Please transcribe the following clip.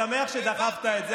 בשבוע שעבר העברתי את זה,